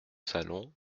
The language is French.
salon